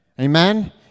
amen